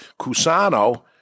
Cusano